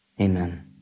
amen